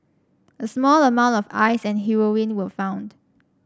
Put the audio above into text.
a small amount of Ice and heroin were found